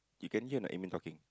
you can hear or not admin talking